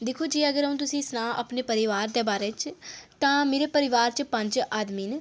दिक्खो जे अ'ऊं अगर तुसे ईं सनांऽ अपने परोआर दे बारे च तां मेरे परोआर च पंज आदमी न